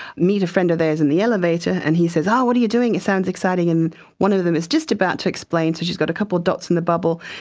meet a friend of theirs in the elevator and he says, oh, what are you doing? it sounds exciting and one of them is just about to explain, so she's got a couple of dots in the bubble,